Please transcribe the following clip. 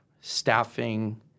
staffing